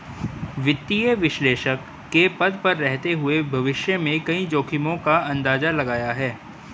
वित्तीय विश्लेषक के पद पर रहते हुए भविष्य में कई जोखिमो का अंदाज़ा लगाया है